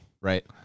Right